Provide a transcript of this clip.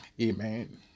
Amen